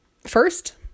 First